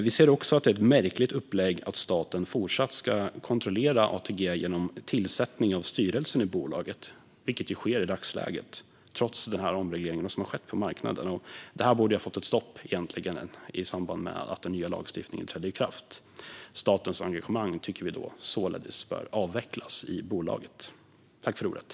Vi ser också att det är ett märkligt upplägg att staten fortsatt ska kontrollera ATG genom tillsättning av styrelsen i bolaget, vilket sker i dagsläget trots omregleringen som har skett på marknaden. Det borde ha fått ett stopp i samband med att den nya lagstiftningen trädde i kraft. Vi tycker således att statens engagemang i bolaget bör avvecklas.